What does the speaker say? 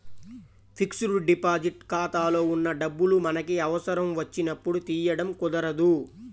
fixed deposit ఖాతాలో ఉన్న డబ్బులు మనకి అవసరం వచ్చినప్పుడు తీయడం కుదరదు